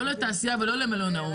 לא לתעשייה ולא למלונאות.